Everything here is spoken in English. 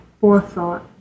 forethought